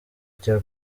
cya